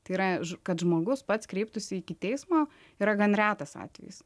tai yra kad žmogus pats kreiptųsi iki teismo yra gan retas atvejis